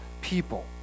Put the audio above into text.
people